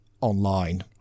online